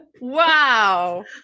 Wow